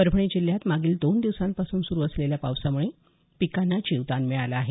परभणी जिल्ह्यात मागील दोन दिवसांपासून सुरु असलेल्या पावसामुळे पिकांना जीवदान मिळालं आहे